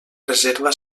reserva